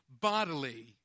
bodily